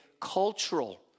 cultural